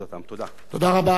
תודה רבה.